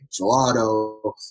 gelato